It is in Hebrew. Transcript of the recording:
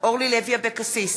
אורלי לוי אבקסיס,